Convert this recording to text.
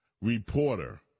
Reporter